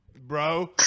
Bro